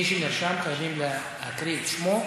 מי שנרשם, צריך להקריא את שמו.